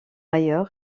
ailleurs